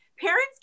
Parents